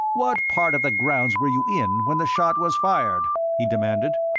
what part of the grounds were you in when the shot was fired? he demanded.